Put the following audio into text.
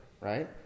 right